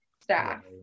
staff